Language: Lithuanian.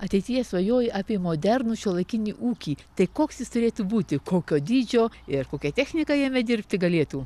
ateityje svajoji apie modernų šiuolaikinį ūkį tai koks jis turėtų būti kokio dydžio ir kokia technika jame dirbti galėtų